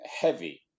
Heavy